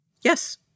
Yes